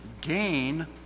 gain